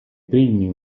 primi